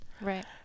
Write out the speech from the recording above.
Right